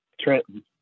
Trenton